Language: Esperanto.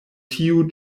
tiu